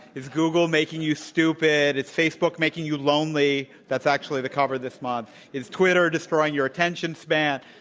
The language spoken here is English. is google making you stupid? is facebook making you lonely? that's actually the cover this month. is twitter destroying your attention span?